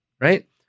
right